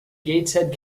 gateshead